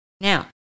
Now